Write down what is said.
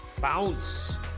bounce